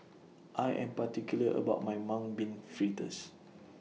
I Am particular about My Mung Bean Fritters